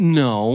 no